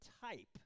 type